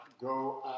go